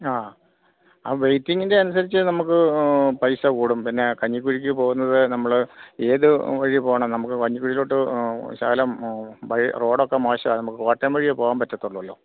ആ ആ വെയ്റ്റിങ്ങിൻ്റെ അനുസരിച്ച് നമുക്ക് പൈസ കൂടും പിന്നെ കഞ്ഞിക്കുഴിക്ക് പോകുന്നത് നമ്മൾ ഏത് വഴി പോകണം നമുക്ക് കഞ്ഞിക്കുഴിയിലോട്ട് ശകലം വഴി റോഡൊക്കെ മോശമാ നമുക്ക് കോട്ടയം വഴിയേ പോവാൻ പറ്റത്തുള്ളല്ലോ